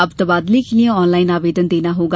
अब तबादले के लिए ऑनलाइन आवेदन देना होगा